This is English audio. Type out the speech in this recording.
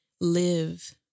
live